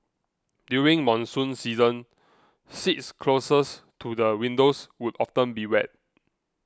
during monsoon season seats closest to the windows would often be wet